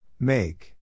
Make